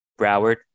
Broward